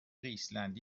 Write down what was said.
ایسلندی